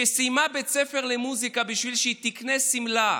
שסיימה בית ספר למוזיקה, בשביל שהיא תקנה שמלה.